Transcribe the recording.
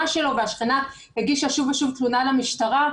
שלו והשכנה הגישה שוב ושוב תלונה למשטרה,